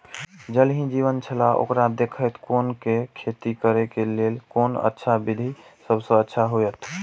ज़ल ही जीवन छलाह ओकरा देखैत कोना के खेती करे के लेल कोन अच्छा विधि सबसँ अच्छा होयत?